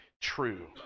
true